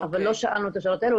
אבל לא שאלנו את השאלות האלה.